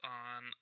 on